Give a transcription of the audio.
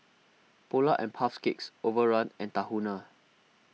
Polar and Puff's Cakes Overrun and Tahuna